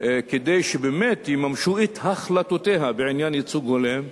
כדי שבאמת יממשו את החלטותיה בעניין ייצוג הולם,